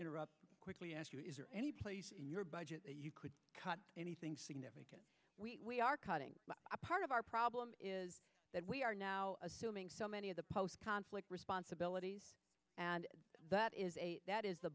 interrupt quickly any place in your budget you could cut anything significant we are cutting a part of our problem is that we are now assuming so many of the post conflict responsibilities and that is that is the